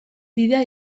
bidea